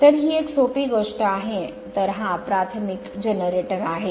तर ही एक सोपी गोष्ट आहे तर हा प्राथमिक जनरेटर आहे